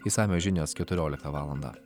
išsamios žinios keturioliktą valandą